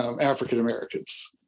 African-Americans